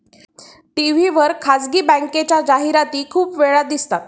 TV वर खासगी बँकेच्या जाहिराती खूप वेळा दिसतात